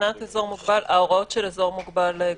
מבחינת אזור מוגבל, ההוראות של אזור מוגבל גוברות.